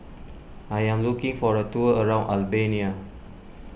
I am looking for the tour around Albania